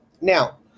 Now